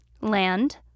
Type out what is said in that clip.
Land